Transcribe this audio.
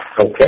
Okay